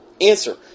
Answer